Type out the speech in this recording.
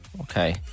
Okay